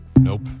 Nope